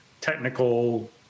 technical